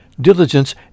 Diligence